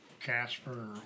Casper